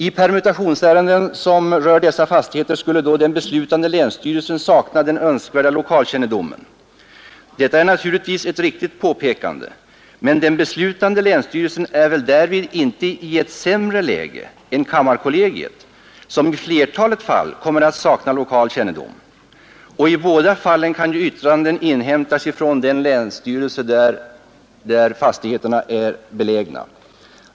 I permutationsärenden som rör dessa fastigheter skulle då den beslutande länsstyrelsen sakna den önskvärda lokalkännedomen. Detta är naturligtvis ett riktigt påpekande, men den beslutande länsstyrelsen är väl därvid inte i ett sämre läge än kammarkollegiet, som i flertalet fall kommer att sakna lokal kännedom. Och i båda fallen kan ju yttranden inhämtas från den länsstyrelse där fastigheterna är belägna.